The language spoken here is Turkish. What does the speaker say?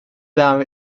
devam